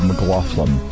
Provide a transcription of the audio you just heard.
McLaughlin